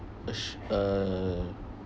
a sh~ a